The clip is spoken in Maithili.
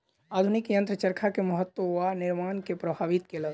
आधुनिक यंत्र चरखा के महत्त्व आ निर्माण के प्रभावित केलक